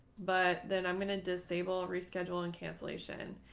but then i'm going to disable, reschedule and cancellation.